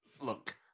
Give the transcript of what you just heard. Look